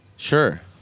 Sure